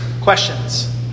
questions